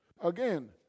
Again